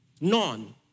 None